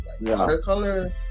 watercolor